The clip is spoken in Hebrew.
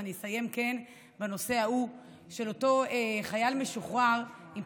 אז אני אסיים בנושא ההוא של אותו חייל משוחרר עם